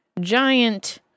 giant